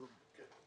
כן.